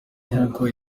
n’uko